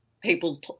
people's